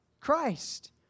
Christ